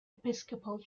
episcopal